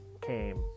came